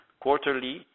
Quarterly